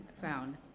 found